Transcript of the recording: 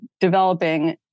developing